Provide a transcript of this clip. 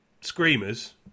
screamers